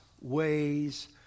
ways